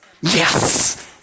yes